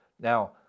Now